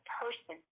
person